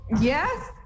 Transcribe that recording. Yes